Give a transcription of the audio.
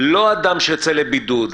לא אדם שיצא לבידוד,